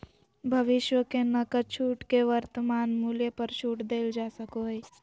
भविष्य के नकद छूट के वर्तमान मूल्य पर छूट देल जा सको हइ